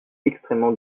extrêmement